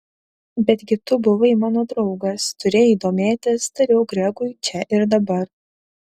betgi tu buvai mano draugas turėjai domėtis tariau gregui čia ir dabar